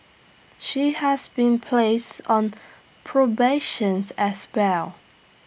she has been place on probations as well